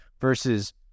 Versus